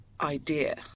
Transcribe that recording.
idea